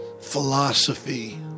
philosophy